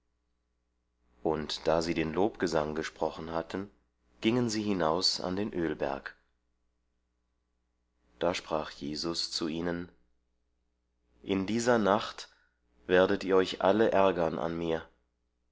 und da sie den lobgesang gesprochen hatte gingen sie hinaus an den ölberg da sprach jesus zu ihnen in dieser nacht werdet ihr euch alle ärgern an mir